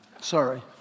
Sorry